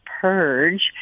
purge